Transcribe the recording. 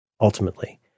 ultimately